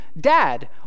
dad